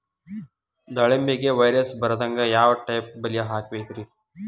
ದಾಳಿಂಬೆಗೆ ವೈರಸ್ ಬರದಂಗ ಯಾವ್ ಟೈಪ್ ಬಲಿ ಹಾಕಬೇಕ್ರಿ?